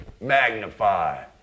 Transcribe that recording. magnify